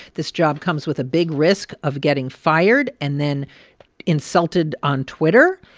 this job comes with a big risk of getting fired and then insulted on twitter.